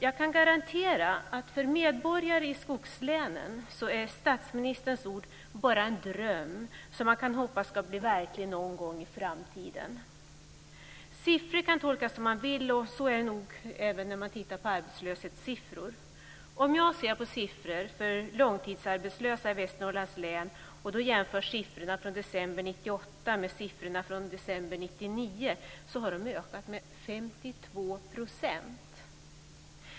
Jag kan garantera att för medborgare i skogslänen är statsministerns ord bara en dröm som man kan hoppas blir verklighet någon gång i framtiden. Siffror kan man tolka som man vill. Så är det nog också när man tittar på arbetslöshetssiffror. Om jag ser på siffror för långtidsarbetslösa i Västernorrlands län och jämför siffrorna från december 1998 med siffrorna från december 1999 kan jag konstatera att det har skett en ökning med 52 %.